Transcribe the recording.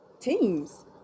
teams